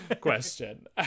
question